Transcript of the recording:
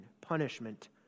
punishment